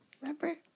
Remember